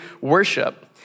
worship